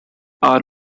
are